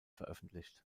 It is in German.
veröffentlicht